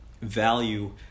Value